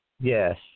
Yes